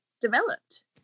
developed